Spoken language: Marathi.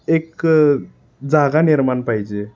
एक जागा निर्माण पाहिजे